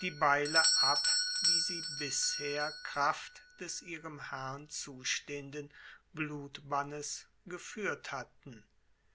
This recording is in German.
die beile ab die sie bisher kraft des ihrem herrn zustehenden blutbannes gefuehrt hatten